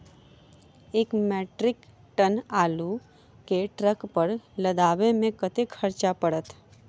एक metric ton आलु केँ ट्रक पर लदाबै मे कतेक खर्च पड़त?